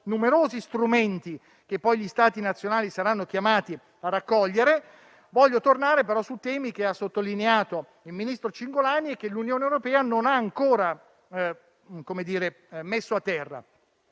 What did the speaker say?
numerosi strumenti che poi gli Stati nazionali saranno chiamati a raccogliere. Vorrei tornare però sui temi che ha sottolineato il ministro Cingolani e che l'Unione europea non ha ancora messo a terra,